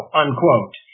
unquote